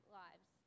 lives